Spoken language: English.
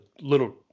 little